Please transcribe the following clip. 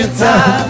time